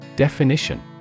Definition